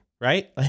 right